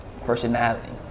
personality